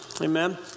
Amen